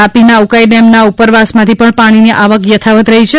તાપીના ઉકાઇ ડેમના ઉપરવાસમાંથી પાકીની આવક યથાવત રહી છે